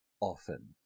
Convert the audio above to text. often